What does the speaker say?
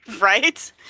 right